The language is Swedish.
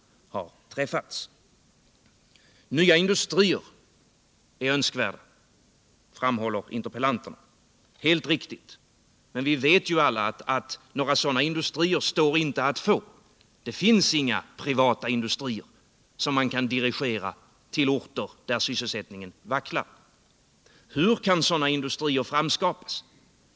Nya industrier är önskvärda, framhåller interpellanterna. Det är helt riktigt, men vi vet ju alla att några sådana industrier inte står att få. Det finns inga privata industrier som kan dirigeras till orter där sysselsättningen vacklar. Hur kan sådana industrier framskapas?